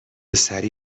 سریع